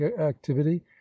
activity